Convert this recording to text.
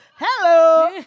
Hello